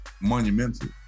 monumental